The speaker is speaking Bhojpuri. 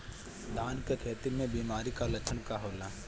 धान के खेती में बिमारी का लक्षण का होला?